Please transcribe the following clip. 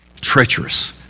treacherous